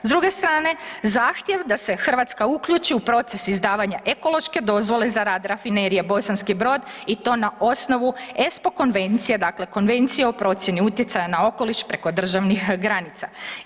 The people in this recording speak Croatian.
S druge strane, zahtjev da se Hrvatska uključi u proces izdavanja ekološke dozvole za rad rafinerije Bosanki Brod i to na osnovu ESPO konvencije, dakle Konvencije o procjeni utjecaja na okoliš preko državnih granica.